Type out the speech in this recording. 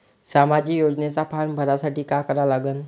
सामाजिक योजनेचा फारम भरासाठी का करा लागन?